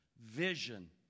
vision